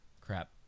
Crap